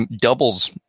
doubles